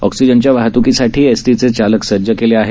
ऑक्सीजनच्या वाहत्कीसाठी एसटीचे चालक सज्ज केले आहेत